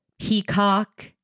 peacock